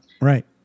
Right